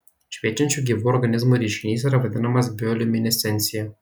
šviečiančių gyvų organizmų reiškinys yra vadinamas bioliuminescencija